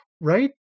right